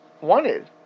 wanted